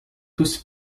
tous